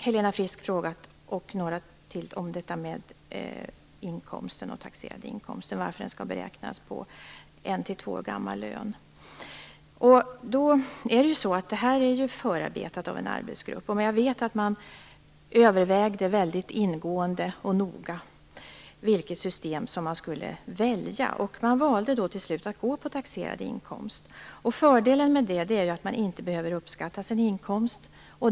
Helena Frisk bl.a. frågade varför den taxerade inkomsten skall beräknas på en lön som är en till två år gammal. Förarbetet har ju gjorts av en arbetsgrupp. Jag vet att man väldigt ingående och noga övervägde vilket system man skulle välja. Man valde då till slut att utgå från taxerad inkomst. Fördelen med detta är att man inte behöver uppskatta sin inkomst.